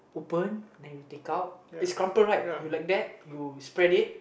open then you take out it's crumpled right you like that you spread it